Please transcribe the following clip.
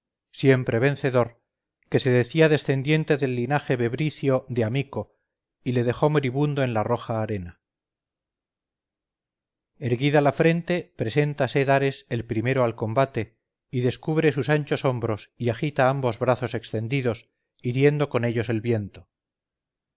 siempre vencedor que se decía descendiente del linaje bebricio de amico y le dejó moribundo en la roja arena erguida la frente preséntase dares el primero al combate y descubre sus anchos hombros y agita ambos brazos extendidos hiriendo con ellos el viento